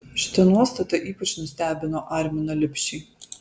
šita nuostata ypač nustebino arminą lipšį